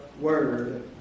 Word